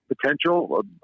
potential